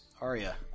Arya